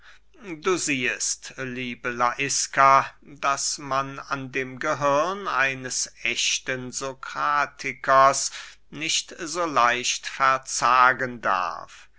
du siehest liebe laiska daß man an dem gehirn eines echten sokratikers nicht so leicht verzagen darf